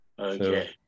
Okay